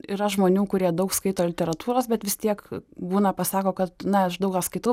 yra žmonių kurie daug skaito literatūros bet vis tiek būna pasako kad na aš daug ką skaitau